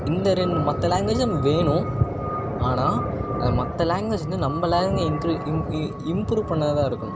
இந்த ரெண்டு மற்ற லேங்குவேஜும் வேணும் ஆனால் அந்த மற்ற லேங்குவேஜ் வந்து நம்ம லேங் இன்கிரு இன் இ இம்ப்ரூவ் பண்ணதாக இருக்கணும்